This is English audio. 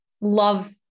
love